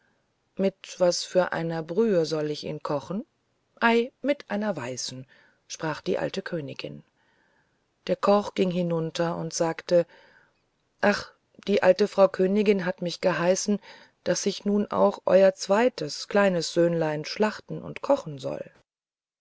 mit was für einer brühe soll ich ihn kochen ei mit einer weißen sprach die alte königin der koch ging hinunter und sagte ach die alte frau königin hat mich geheißen daß ich nun auch euer zweites kleines söhnlein schlachten und kochen soll